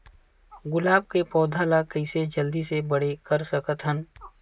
गुलाब के पौधा ल कइसे जल्दी से बड़े कर सकथन?